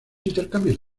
intercambios